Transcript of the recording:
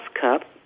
cup